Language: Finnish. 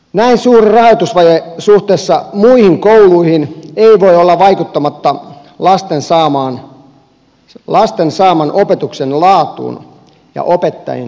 näin suuri rahoitusvaje suhteessa muihin kouluihin ei voi olla vaikuttamatta lasten saaman opetuksen laatuun ja opettajien jaksamiseen